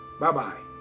Bye-bye